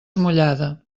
mullada